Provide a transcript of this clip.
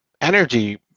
energy